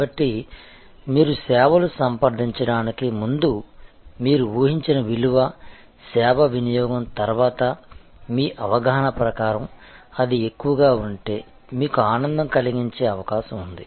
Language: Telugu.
కాబట్టి మీరు సేవలు సంప్రదించడానికి ముందు మీరు ఊహించిన విలువ సేవ వినియోగం తర్వాత మీ అవగాహన ప్రకారం అది ఎక్కువగా ఉంటే మీకు ఆనందం కలిగించే అవకాశం ఉంది